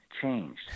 changed